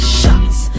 shots